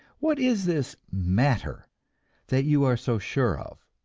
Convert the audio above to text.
what is this matter that you are so sure of?